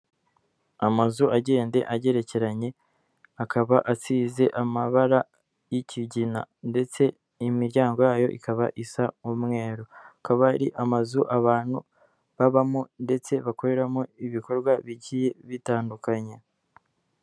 Amazu agenda agerekeranye akaba asize amabara y'ikigina ndetse imiryango yayo ikaba isa n'u umweru, akaba ari amazu abantu babamo ndetse bakoreramo ibikorwa bigiye bitandukanye.